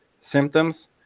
symptoms